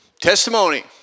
Testimony